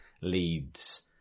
leads